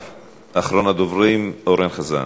אחריו, אחרון הדוברים, אורן חזן.